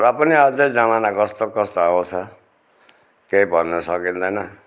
र पनि अझै जमना कस्तो कस्तो आउँछ केही भन्नु सकिँदैन